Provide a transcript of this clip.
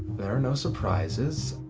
there are no surprises.